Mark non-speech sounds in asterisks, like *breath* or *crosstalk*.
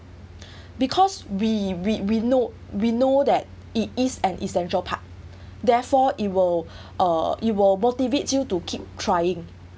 because we we we know we know that it is an essential part *breath* therefore it will *breath* uh it will motivate you to keep trying